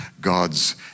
God's